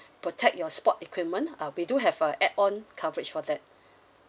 protect your sport equipment uh we do have a add-on coverage for that